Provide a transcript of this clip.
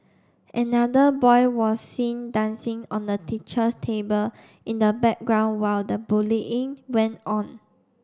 another boy was seen dancing on the teacher's table in the background while the bullying went on